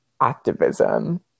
activism